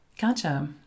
Gotcha